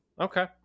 Okay